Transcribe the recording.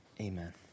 Amen